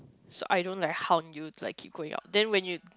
so I don't like haunt you like keep going out then when you